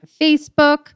Facebook